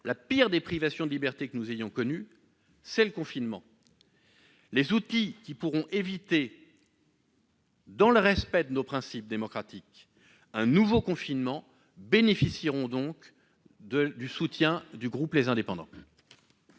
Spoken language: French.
la pire des privations de liberté que nous ayons connue, c'est le confinement. Les outils qui, dans le respect de nos principes démocratiques, pourront éviter un nouveau confinement bénéficieront donc du soutien du groupe Les Indépendants.